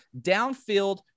downfield